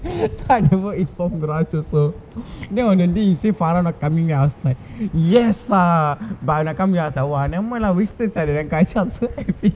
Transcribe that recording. so I never informed raj also then on that day you say farah not coming right I was like yes lah but when I come already I was like never mind lah I was so happy